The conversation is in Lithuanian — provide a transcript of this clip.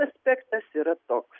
aspektas yra toks